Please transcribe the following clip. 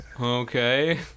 okay